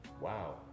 Wow